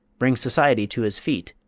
bring society to his feet,